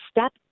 step